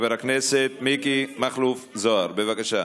חבר הכנסת מיקי מכלוף זוהר, בבקשה.